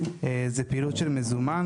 זה פעילות של מזומן,